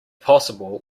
possible